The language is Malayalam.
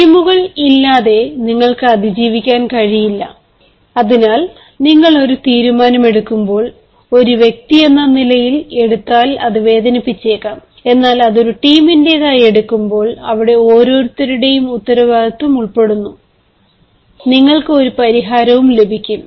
ടീമുകൾ ഇല്ലാതെ നിങ്ങൾക്ക് അതിജീവിക്കാൻ കഴിയില്ല അതിനാൽ നിങ്ങൾ ഒരു തീരുമാനമെടുക്കുമ്പോൾ ഒരു വ്യക്തിയെന്ന നിലയിൽ ഏടുത്താൽ അത് വേദനിപ്പിച്ചേക്കാം എന്നാൽ അത് ഒരു ടീമിന്റേതായി എടുക്കുമ്പോൾ അവിടെ ഓരോരുത്തരുടെയും ഉത്തരവാദിത്തം ഉൾപ്പെടുന്നു നിങ്ങൾക്ക് ഒരു പരിഹാരവും ലഭിക്കും